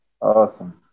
Awesome